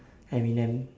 eminem